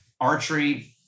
archery